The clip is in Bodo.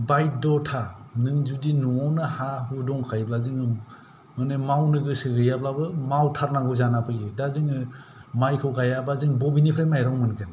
बायध्दथा नोङो जदि नवावनो हा हु दंखायोबा जोङो माने मावनो गोसो गैयाब्लाबो मावथारनांगौ जानानै फैयो दा जोङो मायखौ गायाबा जों बबेनिफ्राय माइरं मोनगोन